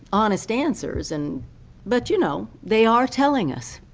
honest answers and but, you know, they are telling us.